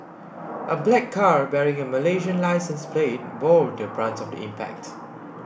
a black car bearing a Malaysian licence plate bore the brunt of the impact